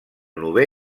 novè